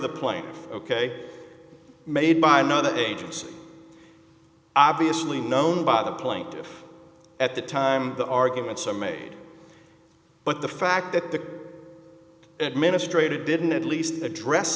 the plane ok made by another agency obviously known by the plane at the time the arguments are made but the fact that the administrator didn't at least address